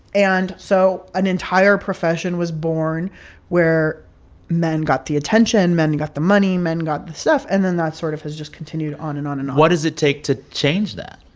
and so an entire profession was born where men got the attention, men got the money, men got the stuff. and then that sort of has just continued on and on and on what does it take to change that?